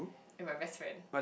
and my best friend